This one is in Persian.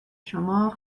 شما